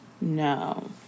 No